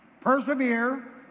persevere